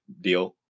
deal